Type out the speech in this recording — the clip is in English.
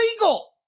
illegal